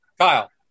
Kyle